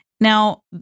Now